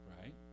right